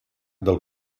del